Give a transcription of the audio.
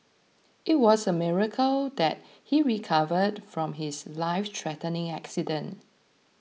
it was a miracle that he recovered from his lifethreatening accident